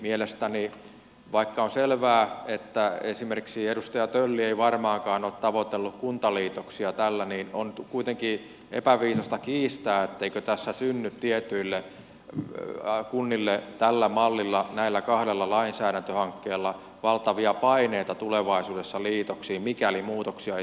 mielestäni vaikka on selvää että esimerkiksi edustaja tölli ei varmaankaan ole tavoitellut kuntaliitoksia tällä on kuitenkin epäviisasta kiistää etteikö tässä synny tietyille kunnille tällä mallilla näillä kahdella lainsäädäntöhankkeella valtavia paineita tulevaisuudessa liitoksiin mikäli muutoksia ei tule